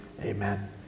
amen